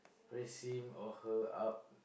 raise him or her up